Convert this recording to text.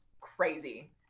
crazy